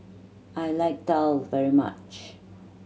I like daal very much